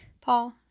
Paul